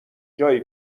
جایی